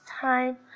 time